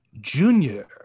junior